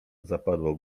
zapadło